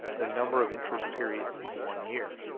the number of interest periods in one year.